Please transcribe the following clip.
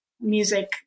music